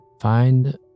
find